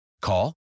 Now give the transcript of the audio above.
Call